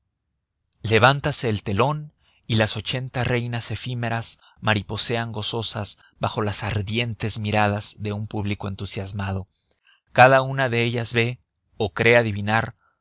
levántase el telón y las ochenta reinas efímeras mariposean gozosas bajo las ardientes miradas de un público entusiasmado cada una de ellas ve o cree adivinar